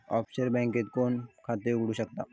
Offshore बँकेत कोण खाता उघडु शकता?